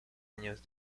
años